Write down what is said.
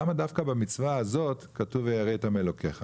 למה דווקא במצווה הזאת כתוב ויראת מאלוקיך?